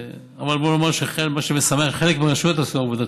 אבל בוא נאמר שמה שמשמח זה שחלק מהרשויות עשו עבודה טובה.